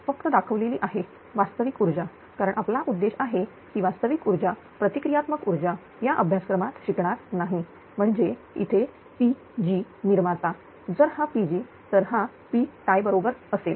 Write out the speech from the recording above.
फक्त दाखवलेली आहे वास्तविक ऊर्जा कारण आपला उद्देश आहे की वास्तविक ऊर्जा प्रतिक्रियात्मक ऊर्जा या अभ्यासक्रमात शिकणार नाही म्हणजे इथे Pg निर्माता जर हा Pg तऱ् हा Ptie बरोबर असेल